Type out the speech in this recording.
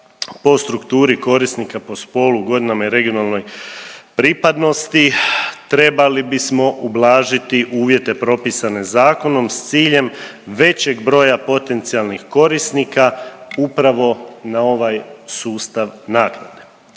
po strukturi korisnika, po spolu, godinama i regionalnoj pripadnosti trebali bismo ublažiti uvjete propisane zakonom s ciljem većeg broja potencijalnih korisnika upravo na ovaj sustav naknade.